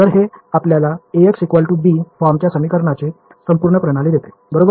तर हे आपल्याला Ax b फॉर्मच्या समीकरणांची संपूर्ण प्रणाली देते बरोबर